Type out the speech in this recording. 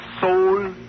soul